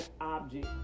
object